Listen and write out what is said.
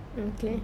okay